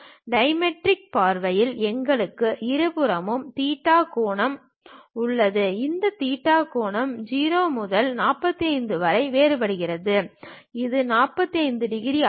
dimetric பார்வையில் எங்களுக்கு இருபுறமும் தீட்டா கோணம் உள்ளது இந்த தீட்டா கோணம் 0 முதல் 45 டிகிரி வரை வேறுபடுகிறது இது 30 டிகிரி அல்ல